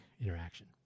interaction